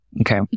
okay